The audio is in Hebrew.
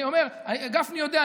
אני אומר, גפני יודע.